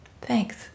Thanks